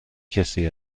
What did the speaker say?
کسی